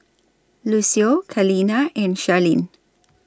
Lucio Kaleena and Charlene